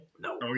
No